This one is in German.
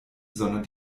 sondern